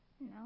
No